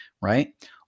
Right